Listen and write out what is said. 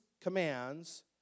commands